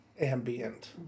ambient